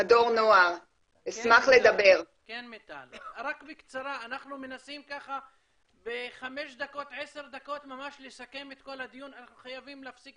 משרד החינוך הודיע גם שאין תקציב לכיתות אתגר ואומץ ותקציבים למניעת